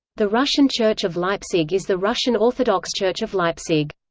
the russian church of leipzig is the russian-orthodox church of leipzig.